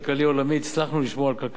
הצלחנו לשמור על כלכלת ישראל,